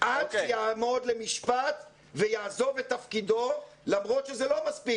עד שיעמוד למשפט ויעזוב את תפקידו למרות שזה לא מספיק,